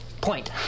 Point